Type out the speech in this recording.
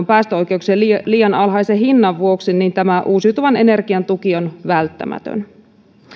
päästöoikeuksien liian liian alhaisen hinnan vuoksi tämä uusiutuvan energian tuki on välttämätön